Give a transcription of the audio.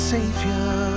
Savior